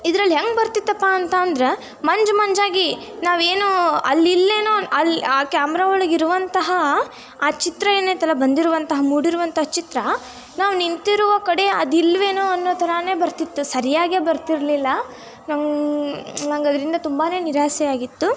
ಇದ್ರಲ್ಲಿ ಹೆಂಗೆ ಬರ್ತಿತ್ತಪ್ಪ ಅಂತ ಅಂದ್ರೆ ಮಂಜು ಮಂಜಾಗಿ ನಾವೇನು ಅಲ್ಲಿಲ್ವೇನೊ ಅಲ್ಲಿ ಆ ಕ್ಯಾಮ್ರಾ ಒಳಗಿರುವಂತಹ ಆ ಚಿತ್ರ ಏನೈತಲ್ಲ ಬಂದಿರುವಂಥ ಮೂಡಿರುವಂಥ ಚಿತ್ರ ನಾವು ನಿಂತಿರುವ ಕಡೆ ಅದು ಇಲ್ವೇನೊ ಅನ್ನೋ ಥರಾನೆ ಬರ್ತಿತ್ತು ಸರಿಯಾಗೆ ಬರ್ತಿರಲಿಲ್ಲ ನಂಗೆ ನಂಗೆ ಅದರಿಂದ ತುಂಬಾ ನಿರಾಸೆ ಆಗಿತ್ತು